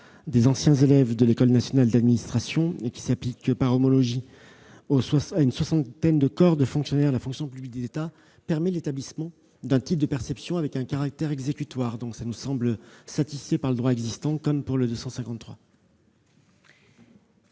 des anciens élèves de l'École nationale d'administration, qui s'applique par homologie à une soixantaine de corps de fonctionnaires de la fonction publique d'État, permet l'établissement d'un titre de perception avec un caractère exécutoire. Ces amendements identiques étant satisfaits par le droit existant, l'avis